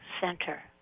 center